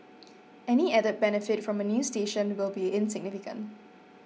any added benefit from a new station will be insignificant